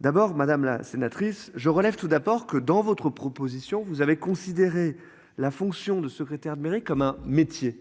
D'abord madame la sénatrice, je relève tout d'abord que dans votre proposition, vous avez considéré la fonction de secrétaire de mairie comme un métier